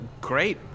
Great